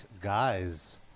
guys